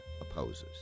opposes